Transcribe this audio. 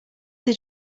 they